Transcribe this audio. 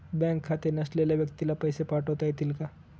Bank खाते नसलेल्या व्यक्तीला पैसे पाठवता येतील का?